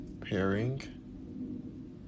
pairing